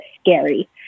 scary